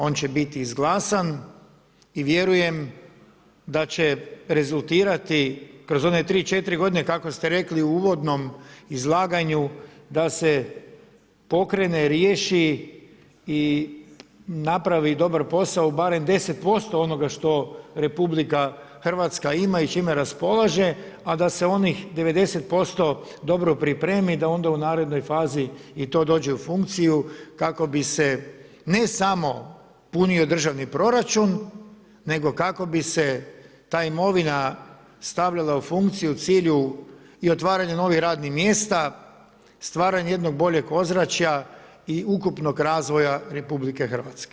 On će biti izglasan i vjerujem da će rezultirati kroz ono 3, 4 godine, kako ste rekli u uvodnom izlaganju, da se pokrene, riješi i napravi dobar posao barem 10% onoga što RH ima i čime raspolaže, a da se onih 90% dobro pripremi da onda u narednoj fazi i to dođe u funkciju kako bi se ne samo punio državni proračun, nego kako bi se ta imovina stavljala u funkciju u cilju i otvaranja novih radnih mjesta, stvaranje jednog boljeg ozračja i ukupnog razvoja RH.